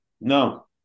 no